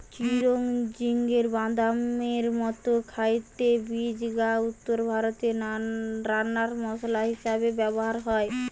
চিরোঞ্জির বাদামের মতো খাইতে বীজ গা উত্তরভারতে রান্নার মসলা হিসাবে ব্যভার হয়